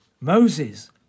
Moses